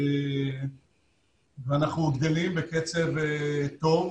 ואנחנו גדלים בקצב טוב,